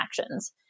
actions